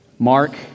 Mark